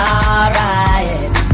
alright